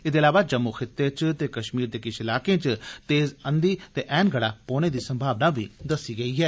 एह्दे अलावा जम्मू खित्ते इच ते कश्मीर दे किश इलाकें इच तेज अंघी ते ऐन पौने दी संमावना बी दस्सी गेई ऐ